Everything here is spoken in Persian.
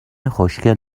خوشکل